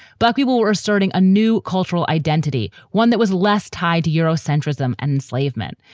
buckyball are starting a new cultural identity, one that was less tied to eurocentrism and enslavement.